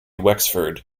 wexford